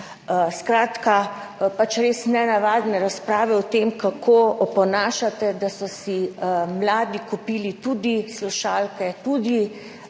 Skratka, res nenavadne razprave o tem, kako oponašate, da so si mladi kupili tudi slušalke, tudi